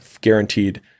guaranteed